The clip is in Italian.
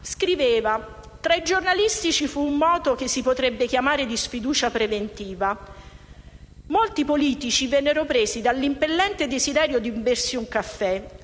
scriveva: «Tra i giornalisti ci fu un moto che si potrebbe chiamare di sfiducia preventiva. Molti politici vennero presi dall'impellente desiderio di bersi un caffè,